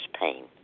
pain